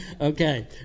Okay